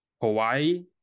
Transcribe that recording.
Hawaii